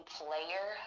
player